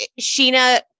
Sheena